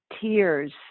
tears